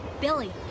Billy